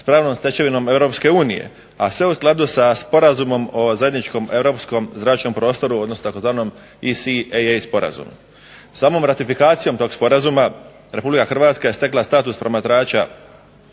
s pravnom stečevinom EU, a sve u skladu sa Sporazumom o zajedničkom europskom zračnom prostoru odnosu tzv. ICAA sporazumu. Samom ratifikacijom tog sporazuma RH je stekla status promatrača